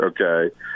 okay